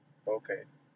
okay